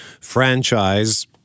franchise